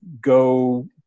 go